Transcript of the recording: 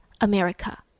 america